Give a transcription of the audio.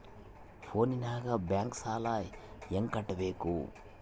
ಫೋನಿನಾಗ ಬ್ಯಾಂಕ್ ಸಾಲ ಹೆಂಗ ಕಟ್ಟಬೇಕು?